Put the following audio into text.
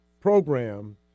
program